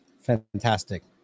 fantastic